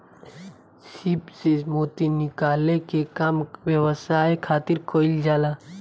सीप से मोती निकाले के काम व्यवसाय खातिर कईल जाला